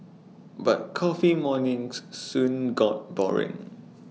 but coffee mornings soon got boring